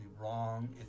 wrong